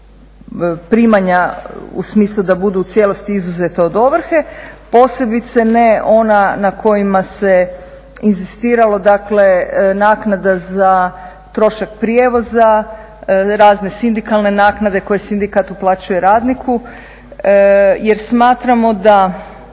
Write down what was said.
primanja u smislu da budu u cijelosti izuzeta od ovrhe, posebice ne ona na kojima se inzistiralo, dakle naknada za trošak prijevoza, razne sindikalne naknade koje sindikat uplaćuje radniku. Jer, smatramo da